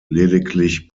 lediglich